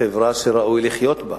חברה שראוי לחיות בה.